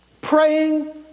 Praying